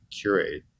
curate